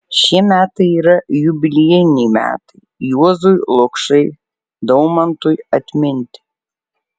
šie metai yra jubiliejiniai metai juozui lukšai daumantui atminti